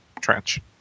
trench